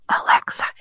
Alexa